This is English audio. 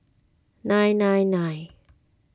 nine nine nine